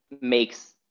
makes